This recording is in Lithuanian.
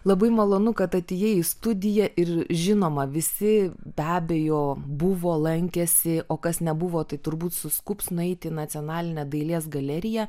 labai malonu kad atėjai į studiją ir žinoma visi be abejo buvo lankęsi o kas nebuvo tai turbūt suskubs nueiti į nacionalinę dailės galeriją